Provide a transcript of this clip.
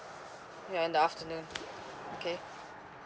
ya in the afternoon okay